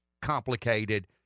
complicated